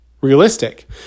realistic